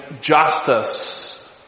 justice